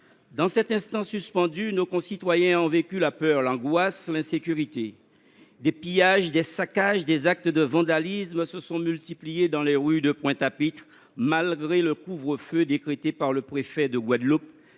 Dans cet instant suspendu, nos concitoyens ont vécu la peur, l’angoisse et l’insécurité. Des pillages, des saccages et des actes de vandalisme se sont multipliés dans les rues de Pointe à Pitre, malgré le couvre feu décrété par le préfet de Guadeloupe.